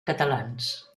catalans